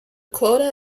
quota